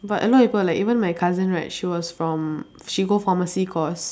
but a lot of people like even my cousin right she was from she go pharmacy course